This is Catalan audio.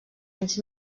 anys